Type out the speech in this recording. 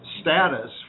status